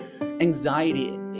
anxiety